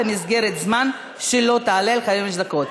במסגרת זמן שלא תעלה על חמש דקות".